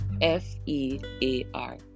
F-E-A-R